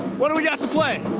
what do we got to play?